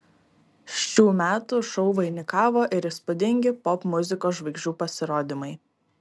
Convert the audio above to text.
šių metų šou vainikavo ir įspūdingi popmuzikos žvaigždžių pasirodymai